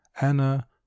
Anna